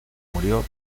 murió